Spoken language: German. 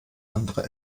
andere